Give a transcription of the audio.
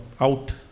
Out